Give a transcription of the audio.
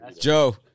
Joe